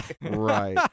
right